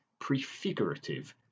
prefigurative